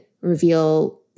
reveal